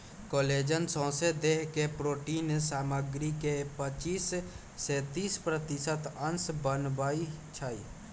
collagen सौसे देह के प्रोटिन सामग्री के पचिस से तीस प्रतिशत अंश बनबइ छइ